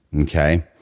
Okay